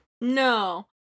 No